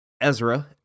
Ezra